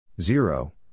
Zero